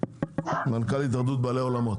מנכ"ל התאחדות בעלי האולמות.